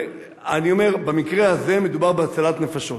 אני אומר, במקרה הזה מדובר בהצלת נפשות.